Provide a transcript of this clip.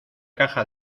caja